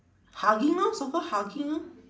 hugging lor so called hugging lor